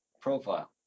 profile